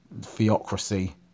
theocracy